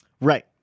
Right